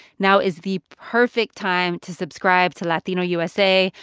now is the perfect time to subscribe to latino usa.